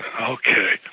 Okay